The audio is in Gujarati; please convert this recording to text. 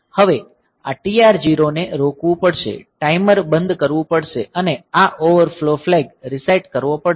હવે આ TR0 ને રોકવું પડશે ટાઈમર બંધ કરવું પડશે અને આ ઓવરફ્લો ફ્લેગ રીસેટ કરવો પડશે